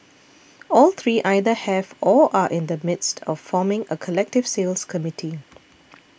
all three either have or are in the midst of forming a collective sales committee